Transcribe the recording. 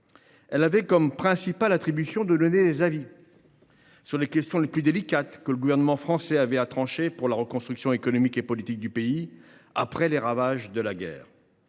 place. Sa principale attribution était de formuler des avis sur les questions les plus délicates que le gouvernement français avait à trancher autour de la reconstruction économique et politique du pays après les ravages causés par la guerre.